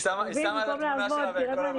להמשיך לעשות את הדברים נכון.